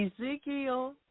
Ezekiel